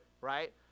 right